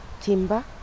timber